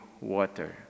water